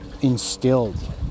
instilled